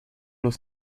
los